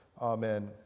Amen